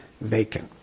vacant